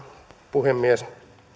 puhemies